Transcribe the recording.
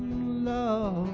no